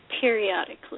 Periodically